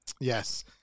Yes